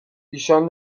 ایشان